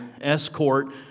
escort